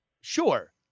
sure